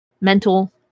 Mental